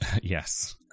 yes